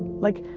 like,